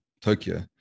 Tokyo